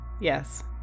Yes